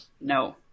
No